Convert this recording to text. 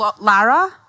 Lara